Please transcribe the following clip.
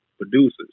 producers